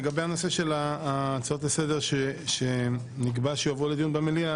לגבי הנושא של ההצעות לסדר שנקבע שיועברו לדיון במליאה